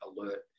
alert